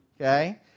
Okay